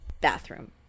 bathroom